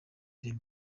ireme